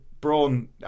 Braun